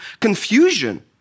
confusion